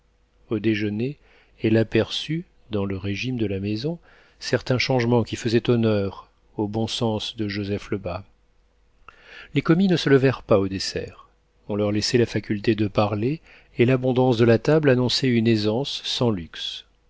au déjeuner elle aperçut dans le régime de la maison certains changements qui faisaient honneur au bon sens de joseph lebas les commis ne se levèrent pas au dessert on leur laissait la faculté de parler et l'abondance de la table annonçait une aisance sans luxe